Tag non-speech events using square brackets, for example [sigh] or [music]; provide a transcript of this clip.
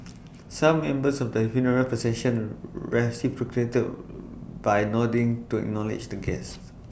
[noise] some members of the funeral procession reciprocated by nodding to acknowledge the guests